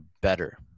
better